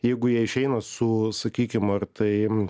jeigu jie išeina su sakykim ar tai